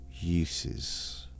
uses